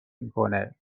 میکنه